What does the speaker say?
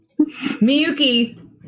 Miyuki